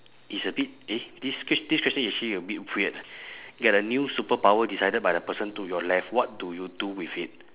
it's a bit eh this ques~ this question actually a bit weird ah get a new superpower decided by the person to your left what do you do with it